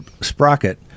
sprocket